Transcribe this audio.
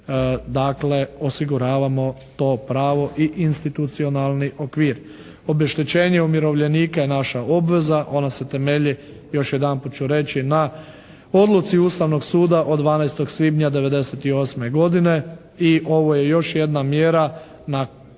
dakle osiguravamo to pravo i institucionalni okvir. Obeštećenje umirovljenika je naša obveza. Ona se temelji, još jednaput ću reći na Odluci Ustavnog suda od 12. svibnja 1998. godine i ovo je još jedna mjera brige